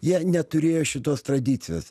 jie neturėjo šitos tradicijos